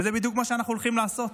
וזה בדיוק מה שאנחנו הולכים לעשות.